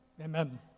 Amen